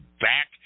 back